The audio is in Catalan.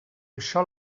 això